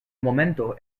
momento